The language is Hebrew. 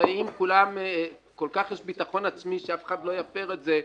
הרי אם כל כך יש ביטחון עצמי שאף אחד לא יפר את זה,